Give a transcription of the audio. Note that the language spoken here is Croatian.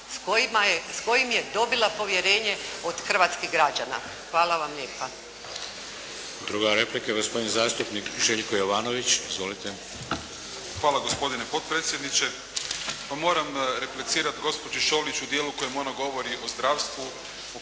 s kojim je dobila povjerenje od hrvatskih građana. Hvala vam lijepa.